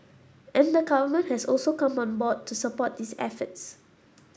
and the government has also come on board to support these efforts